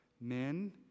Men